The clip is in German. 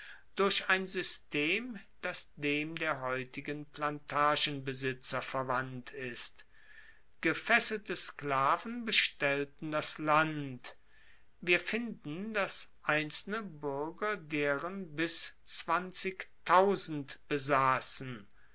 durch ein system das dem der heutigen plantagenbesitzer verwandt ist gefesselte sklaven bestellten das land wir finden dass einzelne buerger deren bis zwanzigtausend besassen